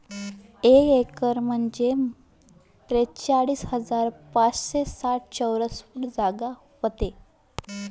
एक एकर जमीन म्हंजे त्रेचाळीस हजार पाचशे साठ चौरस फूट जागा व्हते